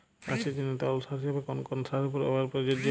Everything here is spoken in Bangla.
গাছের জন্য তরল সার হিসেবে কোন কোন সারের ব্যাবহার প্রযোজ্য?